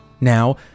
now